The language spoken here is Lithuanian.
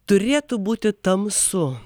turėtų būti tamsu